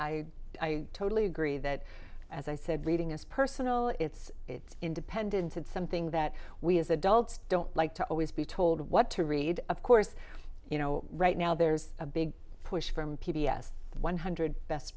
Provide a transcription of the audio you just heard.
i totally agree that as i said reading is personal it's independent and something that we as adults don't like to always be told what to read of course you know right now there's a big push from p b s one hundred best